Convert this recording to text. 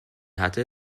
hatte